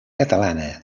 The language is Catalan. catalana